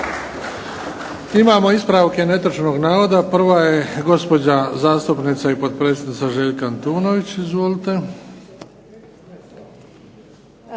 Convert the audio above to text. Imamo ispravke netočnog navoda. Prva je gospođa zastupnica i potpredsjednica Željka Antunović. Izvolite.